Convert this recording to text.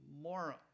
more